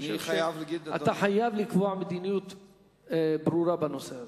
אתה חייב לקבוע מדיניות ברורה בנושא הזה.